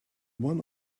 one